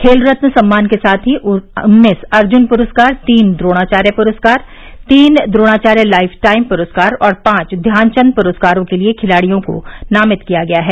खेल रत्न सम्मान के साथ ही उन्नीस अर्जुन प्रस्कार तीन द्रोणाचार्य प्रस्कार तीन द्रोणाचार्य लाइफ टाइम प्रस्कार और पांच ध्यानचन्द प्रस्कारों के लिए खिलाडियों को नामित किया गया है